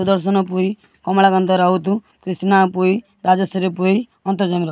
Sudarshan Pui Kamala Kanta Raut Krishna Pui Rajeshwari Pui Antaryami Raut